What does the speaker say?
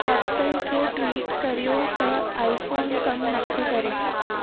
Apple खे tweet करियो त आई फ़ोन कम नथो करे